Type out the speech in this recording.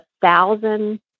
thousand